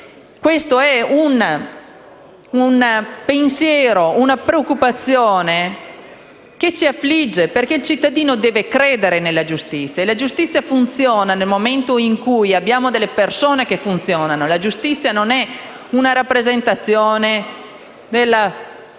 Questa è una preoccupazione che ci affligge, perché il cittadino deve credere nella giustizia e la giustizia funziona nel momento in cui abbiamo persone che funzionano: la giustizia non è una rappresentazione della signora